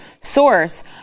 source